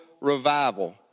revival